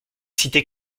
citer